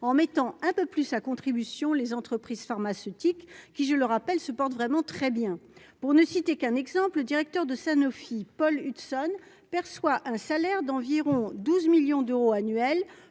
en mettant un peu plus à contribution les entreprises pharmaceutiques, qui je le rappelle, se porte vraiment très bien, pour ne citer qu'un exemple, directeur de Sanofi Paul Hudson perçoit un salaire d'environ 12 millions d'euros annuels